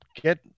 get